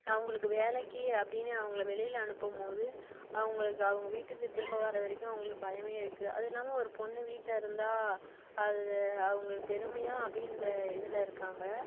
அவங்களுக்கு வேலைக்கு அப்படின்னு அவங்கள வெளியில் அனுப்பும்போது அவங்களுக்கு அவங்க வீட்டுக்கு திரும்ப வர வரைக்கும் அவங்களுக்கு பயமா இருக்கு அது இல்லாம ஒரு பொண்ணு வீட்டில் இருந்தால் அது அவங்களுக்கு பெருமையாக அப்படின்ற இதில் இருக்காங்க